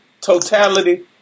Totality